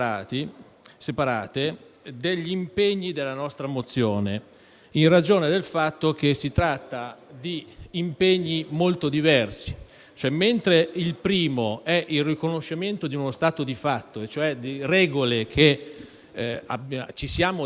separate degli impegni della nostra mozione, in ragione del fatto che si tratta di impegni molto diversi. Mentre il primo, infatti, è il riconoscimento di uno stato di fatto, cioè di regole che ci siamo dati